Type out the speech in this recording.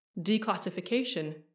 declassification